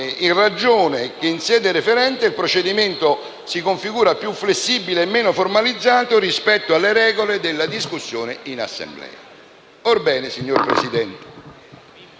il procedimento in sede referente si configura più flessibile e meno formalizzato rispetto alle regole della discussione in Assemblea». Orbene, signor Presidente,